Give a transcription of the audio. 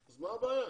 אז מה הבעיה?